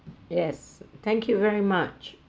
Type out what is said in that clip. yes thank you very much